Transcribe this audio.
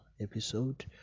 episode